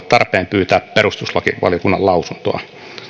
tarpeen pyytää perustuslakivaliokunnan lausuntoa